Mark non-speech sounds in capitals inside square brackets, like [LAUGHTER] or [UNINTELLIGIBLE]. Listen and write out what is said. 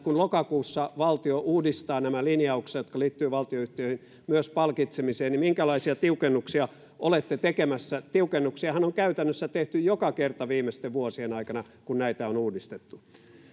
[UNINTELLIGIBLE] kun lokakuussa valtio uudistaa nämä linjaukset jotka liittyvät valtionyhtiöihin ja myös palkitsemiseen niin minkälaisia tiukennuksia olette tekemässä tiukennuksiahan on käytännössä tehty joka kerta viimeisten vuosien aikana kun näitä on uudistettu